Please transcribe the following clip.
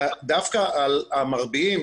דווקא על המרביעים.